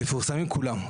מפורסמים כולם.